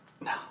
no